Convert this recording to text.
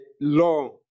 law